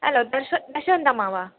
hello Prashanth Prashanth அம்மாவா